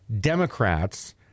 democrats